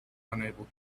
unable